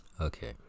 Okay